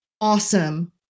awesome